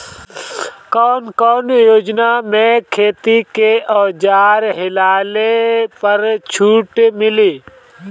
कवन कवन योजना मै खेती के औजार लिहले पर छुट मिली?